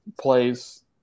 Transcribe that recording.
plays